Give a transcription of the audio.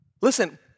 Listen